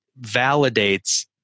validates